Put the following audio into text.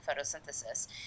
photosynthesis